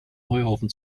heuhaufen